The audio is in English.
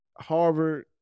Harvard